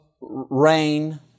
rain